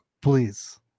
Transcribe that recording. Please